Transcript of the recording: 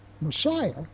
Messiah